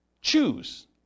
choose